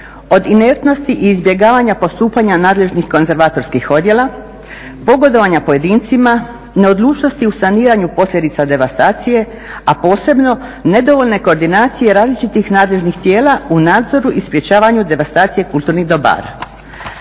Od inertnosti i izbjegavanja postupanja nadležnih konzervatorskih odjela, pogodovanja pojedincima, neodlučnosti u saniranju posljedica devastacije, a posebno nedovoljno koordinacije različitih nadležnih tijela u nadzoru i sprečavanju devastacije kulturnih dobara.